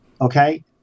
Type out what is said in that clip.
okay